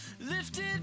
lifted